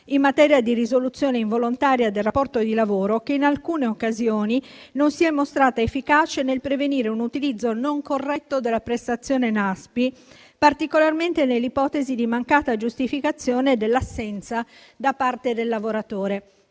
in materia di risoluzione involontaria del rapporto di lavoro che, in alcune occasioni, non si è mostrata efficace nel prevenire un utilizzo non corretto della prestazione Naspi, particolarmente nell'ipotesi di mancata giustificazione dell'assenza da parte del lavoratore.